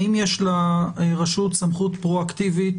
האם יש לרשות סמכות פרואקטיבית